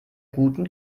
guten